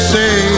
say